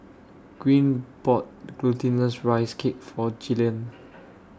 Greene bought Glutinous Rice Cake For Gillian